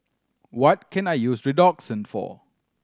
what can I use Redoxon for